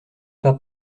pas